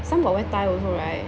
some got where tie also right